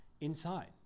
inside